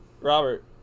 Robert